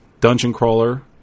dungeon-crawler